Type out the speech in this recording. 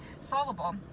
solvable